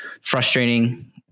frustrating